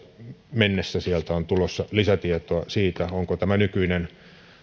mennessä sieltä on tulossa lisätietoa siitä onko tämä nykyinen